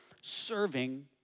serving